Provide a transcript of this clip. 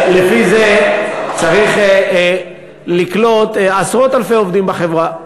לפי זה צריך לקלוט עשרות-אלפי עובדים בחברה.